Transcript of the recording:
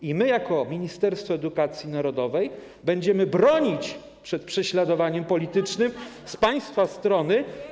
I my jako ministerstwo edukacji narodowej będziemy bronić przed prześladowaniem politycznym z państwa strony.